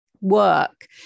work